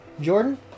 Jordan